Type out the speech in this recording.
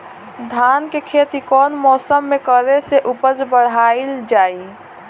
धान के खेती कौन मौसम में करे से उपज बढ़ाईल जाई?